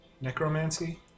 necromancy